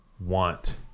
want